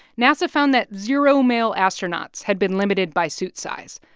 nasa found that zero male astronauts had been limited by suit size.